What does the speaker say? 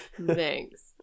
thanks